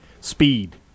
Speed